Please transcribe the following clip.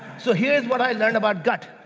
so here's what i learned about gut.